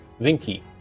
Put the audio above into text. Vinky